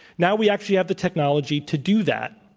now we actually have the technology to do that.